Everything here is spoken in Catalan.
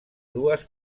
dues